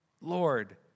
Lord